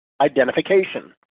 identification